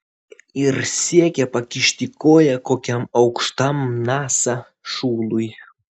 ir siekia pakišti koją kokiam aukštam nasa šului